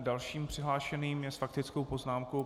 Dalším přihlášeným je s faktickou poznámkou...